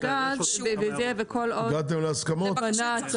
הגעתם להסכמות?